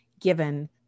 given